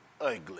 ugly